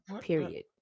Period